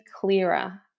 clearer